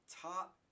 top